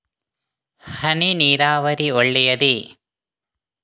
ಹನಿ ನೀರಾವರಿ ಒಳ್ಳೆಯದೇ?